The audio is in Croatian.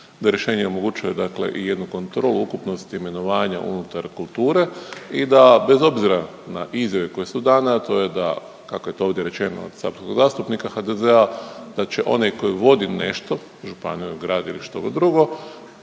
da rješenje omogućuje dakle i jednu kontrolu ukupnosti imenovanja unutar kulture i da bez obzira na izjave koje su dane, a to je da kako je to ovdje rečeno od saborskog zastupnika HDZ-a, da će onaj koji vodi nešto županiju, grad ili štogod drugo